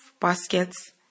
baskets